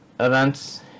events